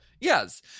Yes